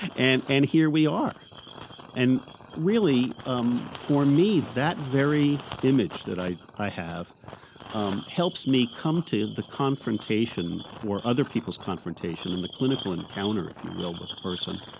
and and here we are and really, um for me, that very image that i i have um helps me come to the confrontation or other peoples' confrontation, in the clinical encounter, if you will, with the person,